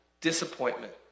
Disappointment